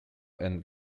and